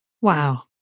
Wow